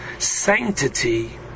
Sanctity